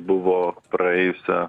buvo praėjusią